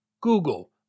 Google